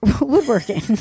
woodworking